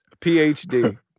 PhD